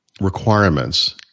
requirements